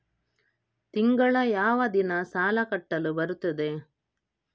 ತಿಂಗಳ ಯಾವ ದಿನ ಸಾಲ ಕಟ್ಟಲು ಬರುತ್ತದೆ?